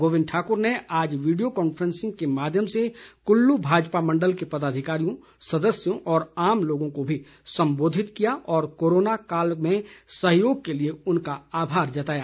गोविंद ठाकुर ने आज video conferencing के माध्यम से कुल्लू भाजपा मंडल के पदाधिकारियों सदस्यों और आम लोगों को भी संबोधित किया तथा कोरोना काल में सहयोग के लिए उनका आभार जताया